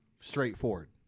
straightforward